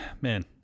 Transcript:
man